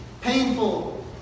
painful